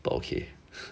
but okay